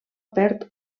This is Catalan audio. perd